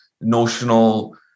notional